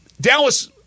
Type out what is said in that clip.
Dallas